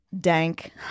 dank